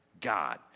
God